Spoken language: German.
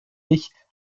ich